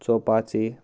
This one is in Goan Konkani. चोवपाची